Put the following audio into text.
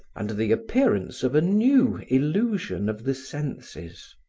under the appearance of a new illusion of the senses.